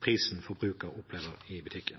prisen forbruker opplever i butikken.